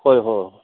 ꯍꯣꯏ ꯍꯣꯏ ꯍꯣꯏ